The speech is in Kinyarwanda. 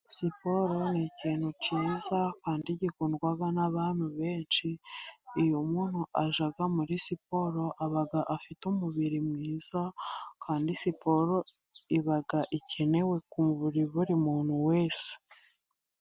Siporo ni ikintu cyiza kandi gikundwaga nabantu benshi, iyo umuntu ajyaga muri siporo aba afite umubiri mwiza kandi siporo ibaga ikenewe kuri buri muntu wese.